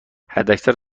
حداکثر